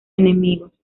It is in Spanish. enemigos